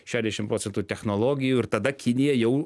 šešiasdešim procentų technologijų ir tada kinija jau